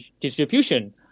distribution